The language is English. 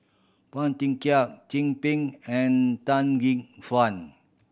Phua Thin Kiay Chin Peng and Tan Gek Suan